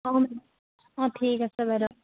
অঁ ঠিক আছে বাইদেউ